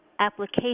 application